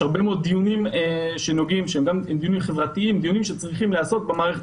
יש הרבה מאוד דיונים חברתיים שצריכים להיעשות במערכת